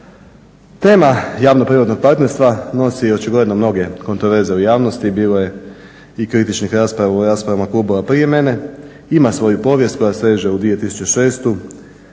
Tema javno-privatnog partnerstva nosi očigledno mnoge kontroverze u javnosti, bilo je i kritičnih rasprava u raspravama klubova prije mene. Ima svoju povijest koja seže u 2006.ima